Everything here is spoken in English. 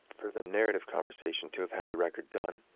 per the narrative conversation to have had the record done.